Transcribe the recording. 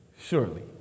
surely